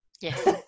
Yes